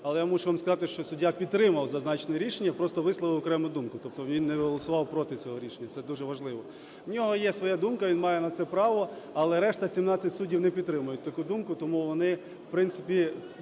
Але я мушу вам сказати, що суддя підтримав зазначене рішення, просто висловив окрему думку. Тобто він не голосував проти цього рішення, це дуже важливо. В нього є своя думка, він має на це право, але решта 17 суддів не підтримують таку думку. Тому вони, в принципі,